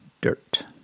dirt